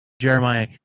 Jeremiah